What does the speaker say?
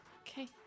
Okay